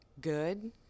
good